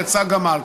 יצא גמל.